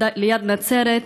ליד נצרת,